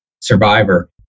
survivor